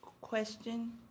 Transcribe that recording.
question